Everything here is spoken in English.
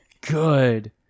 Good